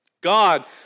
God